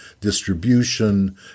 distribution